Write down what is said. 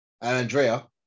Andrea